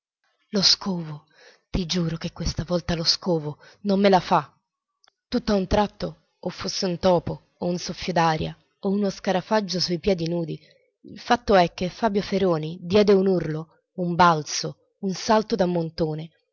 lo scovo ti giuro che questa volta lo scovo non me la fa tutt'a un tratto o fosse un topo o un soffio d'aria o uno scarafaggio sui piedi nudi il fatto è che fabio feroni diede un urlo un balzo un salto da montone